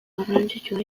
garrantzitsua